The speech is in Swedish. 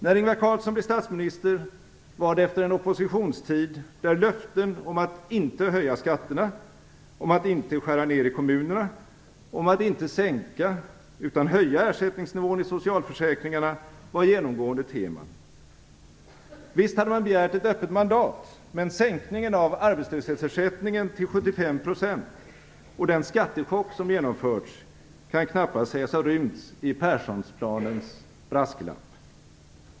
När Ingvar Carlsson blev statsminister var det efter en oppositionstid där löften om att inte höja skatterna, om att inte skära ner i kommunerna och om att inte sänka utan höja ersättningsnivån i socialförsäkringarna var genomgående teman. Visst hade man begärt ett öppet mandat. Men sänkningen av arbetslöshetsersättningen till 75 % och den skattechock som genomförts kan knappast sägas ha rymts i Persson-planens brasklapp.